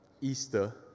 Easter